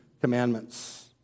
Commandments